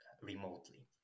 remotely